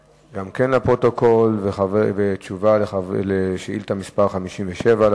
2009): מורות המלמדות בקריית-אתא ומתגוררות ברכסים שבות